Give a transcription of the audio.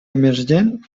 emergent